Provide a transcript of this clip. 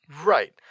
Right